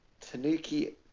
Tanuki